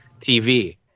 TV